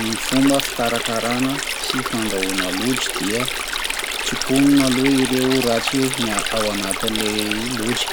Ny fomba fikarakarana sy fandrahona lojy dia tsiponona aloha ireo ratsy mia-ao anatin'ny le lojy,